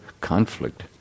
conflict